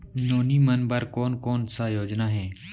नोनी मन बर कोन कोन स योजना हे?